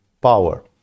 power